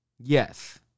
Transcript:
Yes